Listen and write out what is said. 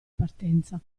partenza